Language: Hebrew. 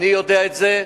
אני יודע את זה,